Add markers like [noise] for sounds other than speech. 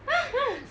[breath]